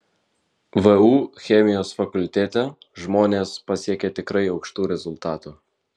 vu chemijos fakultete žmonės pasiekė tikrai aukštų rezultatų